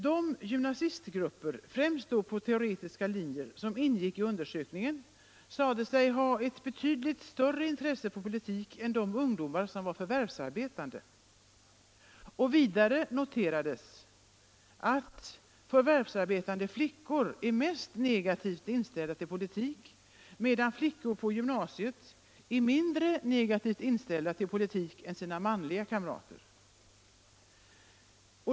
De gymnasistgrupper, främst på de teoretiska linjerna, som ingick i undersökningen sade sig ha betydligt större intresse för politik än de ungdomar som förvärvsarbetade. Vidare noterades att förvärvsarbetande flickor är mest negativt inställda till politik, medan flickor på gymnasiet är mindre negativt inställda till politik än sina manliga kamrater.